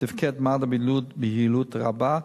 תפקד מד"א ביעילות רבה,